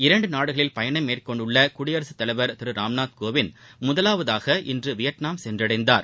இரண்டு நாடுகளில் பயணம் மேற்கொண்டுள்ள குடியரசுத்தலைவர் திரு ராம்நாத்கோவிந்த் முதலாவதாக இன்று வியட்நாம் சென்றடைந்தார்